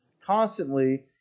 constantly